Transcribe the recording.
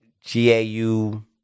G-A-U